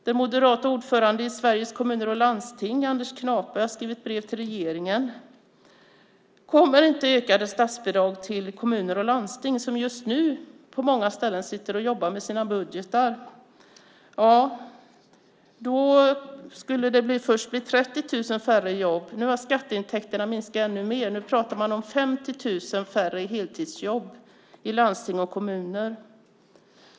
Den moderata ordföranden i Sveriges Kommuner och Landsting, Anders Knape, har skrivit brev till regeringen. Kommer inte ökade statsbidrag till kommuner och landsting som just nu på många ställen sitter och jobbar med sina budgetar skulle det först bli 30 000 färre jobb. Nu har skatteintäkterna minskat ännu mer. Nu talar man om 50 000 färre heltidsjobb i landsting och kommuner.